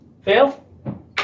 Fail